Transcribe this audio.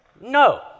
No